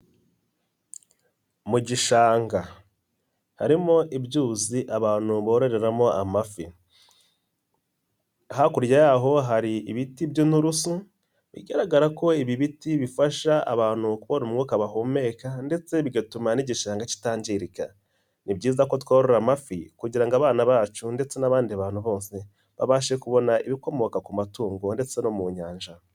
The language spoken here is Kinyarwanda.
Mu gishanga harimo ibyuzi abantu bororeramo amafi hakurya yaho hari ibiti by'inturusu bigaragara ko ibi biti bifasha abantu kubona umwuka bahumeka ndetse bigatuma n'igishanga kitangirika ni byiza ko tworora amafi kugira ngo abana bacu ndetse n'abandi bantu bose babashe kubona ibikomoka ku matungo ndetse no mu nyanja.